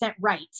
right